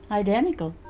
identical